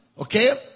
okay